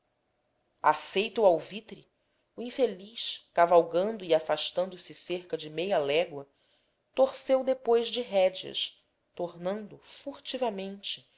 o alvitre o infeliz cavalgando e afastando-se cerca de meia légua torceu depois de rédeas tornando